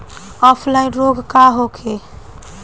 Offline रोग का होखे?